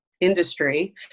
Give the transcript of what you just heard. industry